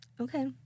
Okay